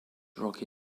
rocky